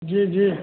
जी जी